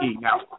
Now